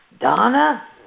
Donna